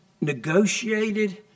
negotiated